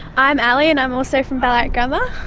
i'm elle, and i'm also from ballarat grammar.